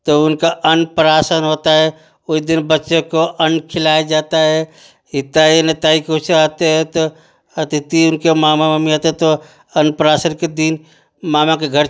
तो उनका अंपरासन होता है उस दिन बच्चे को अन्न खिलाया जाता है हिताई नताई कुछ आते हैं तो अतिथि उनके मामा मामी आते हैं तो अंपरासन के दिन मामा के घर